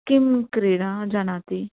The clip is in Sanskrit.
किं क्रीडा जानाति